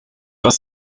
was